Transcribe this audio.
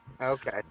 Okay